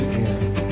Again